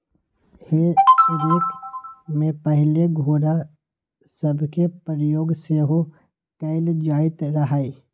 हे रेक में पहिले घोरा सभके प्रयोग सेहो कएल जाइत रहै